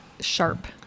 Sharp